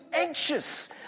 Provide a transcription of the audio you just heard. anxious